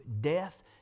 death